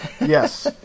Yes